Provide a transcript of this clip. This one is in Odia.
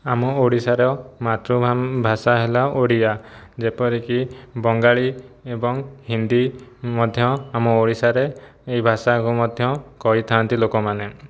ଆମ ଓଡ଼ିଶାର ମାତୃଭାଷା ହେଲା ଓଡ଼ିଆ ଯେପରିକି ବଙ୍ଗାଳି ଏବଂ ହିନ୍ଦୀ ମଧ୍ୟ ଆମ ଓଡ଼ିଶାରେ ଏହି ଭାଷାକୁ ମଧ୍ୟ କହିଥାନ୍ତି ଲୋକମାନେ